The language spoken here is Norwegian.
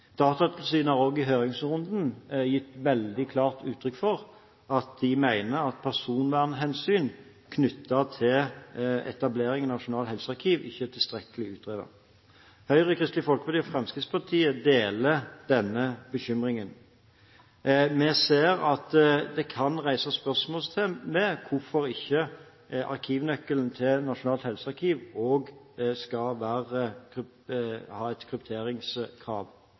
Datatilsynet har også i høringsrunden gitt veldig klart uttrykk for at de mener at personvernhensyn knyttet til etableringen av et nasjonalt helsearkiv ikke er tilstrekkelig utredet. Høyre, Kristelig Folkeparti og Fremskrittspartiet deler denne bekymringen. Vi ser at det kan settes spørsmålstegn ved hvorfor ikke arkivnøkkelen til Norsk helsearkiv også skal ha et krypteringskrav.